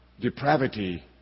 depravity